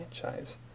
franchise